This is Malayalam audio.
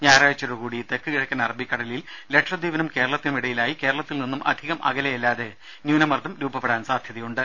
ഞായറാഴ്ചയോട് കൂടി തെക്ക് കിഴക്കൻ അറബിക്കടലിൽ ലക്ഷദ്വീപിനും കേരളത്തിനും ഇടയിലായി കേരളത്തിൽ നിന്നും അധികം അകലെയല്ലാതെ ന്യൂനമർദ്ദം രൂപപ്പെടാൻ സാധ്യതയുണ്ട്